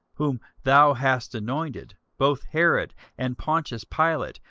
whom thou hast anointed, both herod, and pontius pilate,